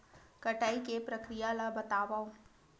कटाई के प्रक्रिया ला बतावव?